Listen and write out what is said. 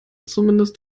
zumindest